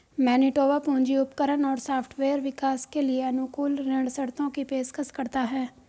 Manitoba पूंजी उपकरण और सॉफ्टवेयर विकास के लिए अनुकूल ऋण शर्तों की पेशकश करता है